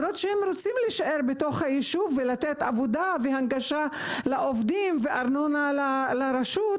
הם רוצים להישאר בתוך היישוב כדי לתת עבודה לעובדים וארנונה לרשות,